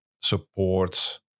supports